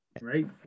right